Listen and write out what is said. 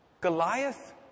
Goliath